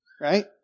Right